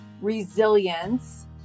resilience